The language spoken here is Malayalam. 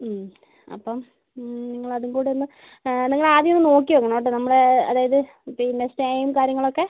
അപ്പം നിങ്ങൾ അതും കൂടൊന്ന് നിങ്ങളാദ്യമൊന്ന് നോക്കി നോക്കണം നമ്മൾ അതായത് പിന്നെ സ്റ്റേയും കാര്യങ്ങളൊക്കെ